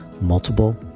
multiple